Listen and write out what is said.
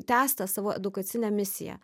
tęs tą savo edukacinę misiją